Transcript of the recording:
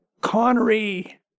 Connery –